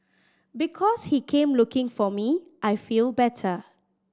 because he came looking for me I feel better